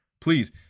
please